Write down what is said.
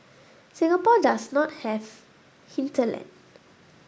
Singapore does not have hinterland